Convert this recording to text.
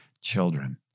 children